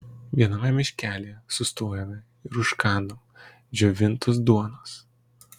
viename miškelyje sustojome ir užkandom džiovintos duonos